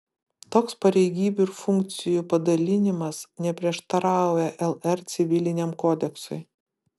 toks pareigybių ir funkcijų padalinimas neprieštarauja lr civiliniam kodeksui